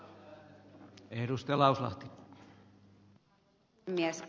arvoisa puhemies